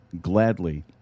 gladly